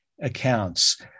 accounts